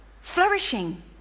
flourishing